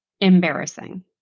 embarrassing